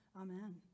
Amen